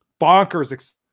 bonkers